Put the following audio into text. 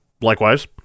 Likewise